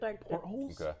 portholes